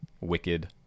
wicked